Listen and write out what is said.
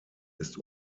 ist